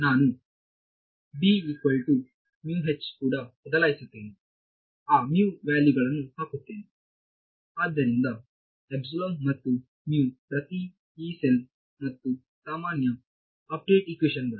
ನಾನು ಕೂಡ ಬದಲಾಯಿಸುತ್ತೇನೆ ಆ ಮೌಲ್ಯಗಳನ್ನು ಹಾಕುತ್ತೇನೆ ಆದ್ದರಿಂದ ಮತ್ತು ಪ್ರತಿ Yee ಸೆಲ್ ಮತ್ತು ಸಾಮಾನ್ಯ ಅಪ್ಡೇಟ್ ಇಕ್ವೇಶನ್ ಗಳು